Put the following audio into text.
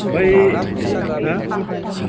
ओमफ्राय हो